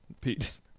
Peace